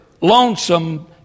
lonesome